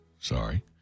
Sorry